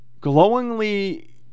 Glowingly